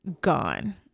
Gone